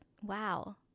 wow